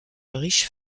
riche